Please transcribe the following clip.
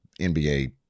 NBA